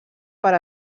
per